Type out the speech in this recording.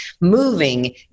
moving